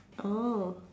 oh